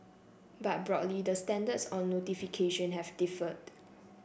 but broadly the standards on notification have differed